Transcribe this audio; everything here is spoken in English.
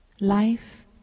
Life